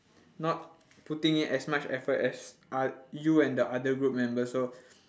not putting in as much effort as oth~ you and the other group members so